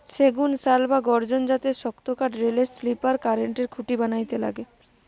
সেগুন, শাল বা গর্জন জাতের শক্তকাঠ রেলের স্লিপার, কারেন্টের খুঁটি বানাইতে লাগে